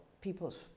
peoples